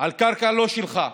על קרקע לא שלך,